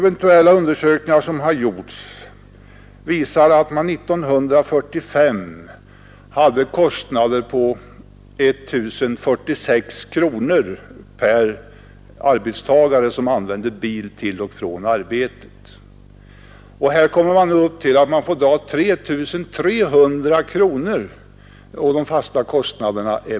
En utredning som gjordes 1965 visade att de fasta kostnaderna för en arbetstagare som använde bil till och från arbetet i genomsnitt var 1 046 kronor. I dag får man dra av 3 300 kronor för de fasta kostnaderna.